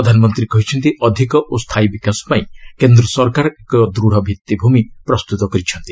ପ୍ରଧାନମନ୍ତ୍ରୀ କହିଛନ୍ତି ଅଧିକ ଓ ସ୍ଥାୟୀ ବିକାଶ ପାଇଁ କେନ୍ଦ୍ର ସରକାର ଏକ ଦୃଢ଼ ଭିଭିଭୂମି ପ୍ରସ୍ତୁତ କରିଛନ୍ତି